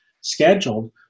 scheduled